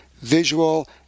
visual